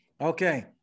Okay